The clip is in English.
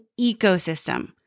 ecosystem